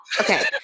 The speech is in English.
Okay